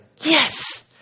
yes